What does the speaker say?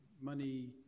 money